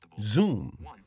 Zoom